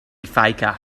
faker